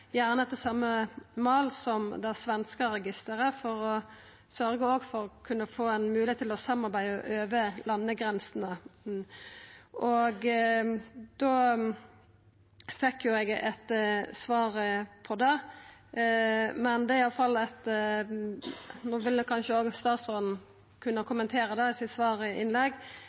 gjerne etter same mal som det svenske registeret for å sørgja for moglegheit til å samarbeida over landegrensene. Eg fekk eit svar på det. No vil kanskje statsråden kunna kommentera det i svarinnlegget sitt. Problemet er at det i dag ikkje finst eit